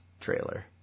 trailer